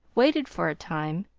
waited for a time,